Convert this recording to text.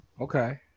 Okay